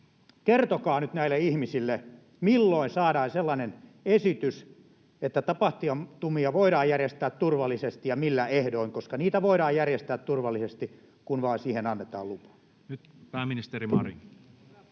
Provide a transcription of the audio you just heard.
Kertokaa nyt näille ihmisille, milloin saadaan sellainen esitys, että tapahtumia voidaan järjestää turvallisesti, ja millä ehdoin, koska niitä voidaan järjestää turvallisesti, kun siihen vain annetaan lupa.